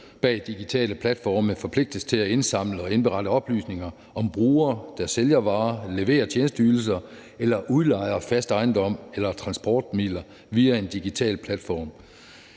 bag digitale platforme forpligtes til at indsamle og indberette oplysninger om brugere, der sælger varer eller leverer tjenesteydelser eller udlejer fast ejendom eller transportmidler via en digital platform.